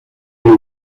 los